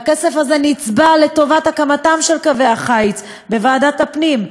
הכסף הזה נצבע לטובת הקמתם של קווי החיץ בוועדת הפנים,